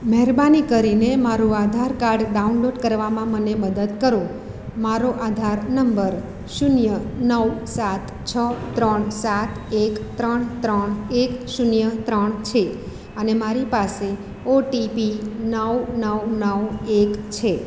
મહેરબાની કરીને મારું આધાર કાર્ડ ડાઉનલોડ કરવામાં મને મદદ કરો મારો આધાર નંબર શૂન્ય નવ સાત છ ત્રણ સાત એક ત્રણ ત્રણ એક શૂન્ય ત્રણ છે અને મારી પાસે ઓટીપી નવ નવ નવ એક છે